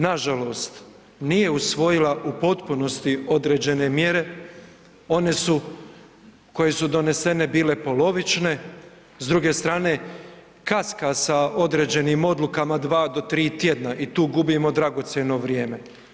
Nažalost, nije usvojila u potpunosti određene mjere, one koje su donesene bile polovične, s druge strane kaska sa određenim odlukama dva do tri tjedna i tu gubimo dragocjeno vrijeme.